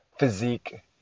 Physique